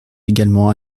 également